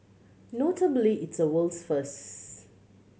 notably it's a world's firsts